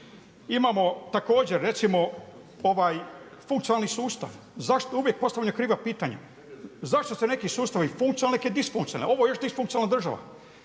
Imamo također, recimo, ovaj funkcionalni sustav. Zašto uvijek postavljaju kriva pitanja. Zašto su neki sustavi funkcionalni a neki disfunkcionalni. Ovo je disfunkcionalna država.